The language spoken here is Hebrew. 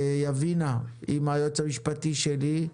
יבינה, עם היועץ המשפטי שלי,